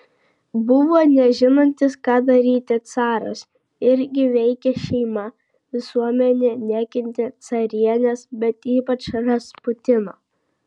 buvo nežinantis ką daryti caras irgi veikė šeima visuomenė nekentė carienės bet ypač rasputino